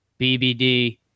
BBD